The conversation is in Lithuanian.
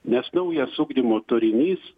nes naujas ugdymo turinys